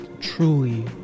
truly